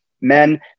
Men